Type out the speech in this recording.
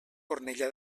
cornellà